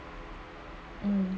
um